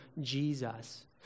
Jesus